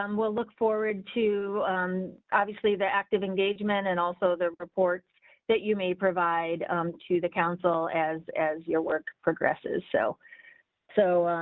um we'll look forward to um obviously the active engagement and also the reports that you may provide to the council as as your work progressive. so so,